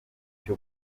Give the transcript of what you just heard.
cyo